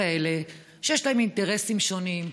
כאלה שיש להם אינטרסים שונים,